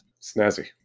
Snazzy